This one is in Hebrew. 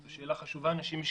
זו שאלה חשובה, אנשים השקיעו.